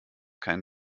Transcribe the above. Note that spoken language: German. kein